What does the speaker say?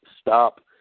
stop